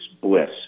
bliss